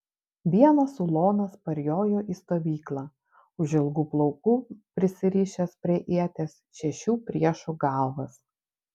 vienas ulonas parjojo į stovyklą už ilgų plaukų prisirišęs prie ieties šešių priešų galvas